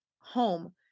home